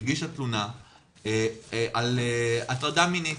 תלונה על הטרדה מינית,